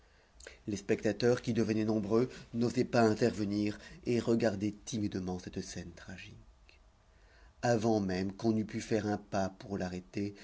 les spectateurs qui devenaient nombreux n'osaient pas intervenir et regardaient timidement cette scène tragique avant même qu'on eût pu faire un pas pour l'arrêter